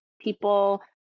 people